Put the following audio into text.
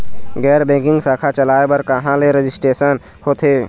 गैर बैंकिंग शाखा चलाए बर कहां ले रजिस्ट्रेशन होथे?